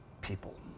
people